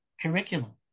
curriculum